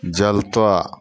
जलतऽ